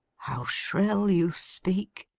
how shrill you speak!